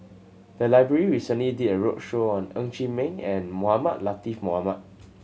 the library recently did a roadshow on Ng Chee Meng and Mohamed Latiff Mohamed